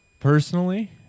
Personally